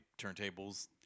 turntables